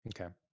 okay